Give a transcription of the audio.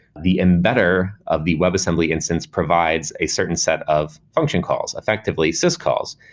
the embeder of the web assembly instance provides a certain set of function calls, effectively, syscalls,